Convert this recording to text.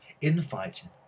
infighting